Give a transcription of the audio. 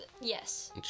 yes